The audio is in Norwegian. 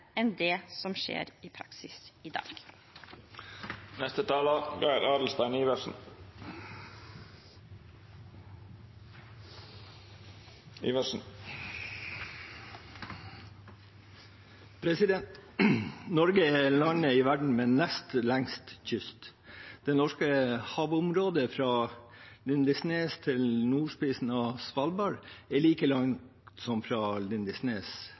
enn det som skjer i praksis i dag. Norge er det landet i verden som har den nest lengste kysten. Det norske havområdet fra Lindesnes til nordspissen av Svalbard er like langt som det er fra Lindesnes